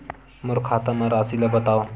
मोर खाता म राशि ल बताओ?